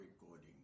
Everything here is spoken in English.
recording